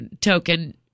token